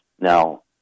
Now